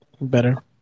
Better